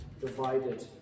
divided